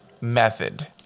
method